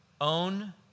Own